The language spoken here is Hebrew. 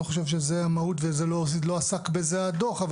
אני לא חושב שזו המהות והדוח לא עסק בזה אבל